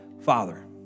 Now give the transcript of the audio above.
Father